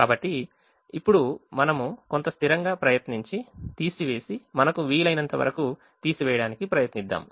కాబట్టి ఇప్పుడు మనము కొంత స్థిరంగా ప్రయత్నించి తీసివేసి మనకు వీలైనంత వరకు తీసివేయడానికి ప్రయత్నిద్దాం